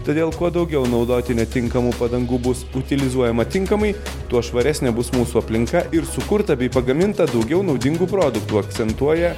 todėl kuo daugiau naudoti netinkamų padangų bus utilizuojama tinkamai tuo švaresnė bus mūsų aplinka ir sukurta bei pagaminta daugiau naudingų produktų akcentuoja